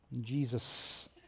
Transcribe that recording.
Jesus